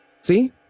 See